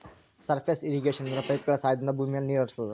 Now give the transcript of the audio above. surface irrigation ಅಂದ್ರೆ ಪೈಪ್ಗಳ ಸಹಾಯದಿಂದ ಭೂಮಿ ಮೇಲೆ ನೀರ್ ಹರಿಸೋದು